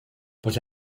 but